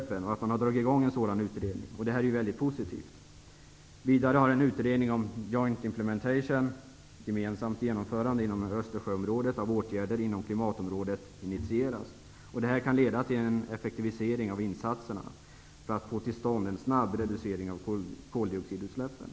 Det här är väldigt positivt. Vidare har en utredning om ''joint implementation'' -- gemensamt genomförande inom Östersjöområdet av åtgärder inom klimatområdet -- initierats. Detta kan leda till en effektivisering av insatserna för att få till stånd en snabb reducering av koldioxidutsläppen.